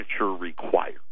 required